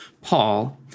Paul